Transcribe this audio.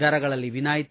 ದರಗಳಲ್ಲಿ ವಿನಾಯ್ತಿ